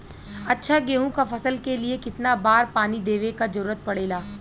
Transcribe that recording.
अच्छा गेहूँ क फसल के लिए कितना बार पानी देवे क जरूरत पड़ेला?